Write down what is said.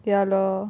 ya lor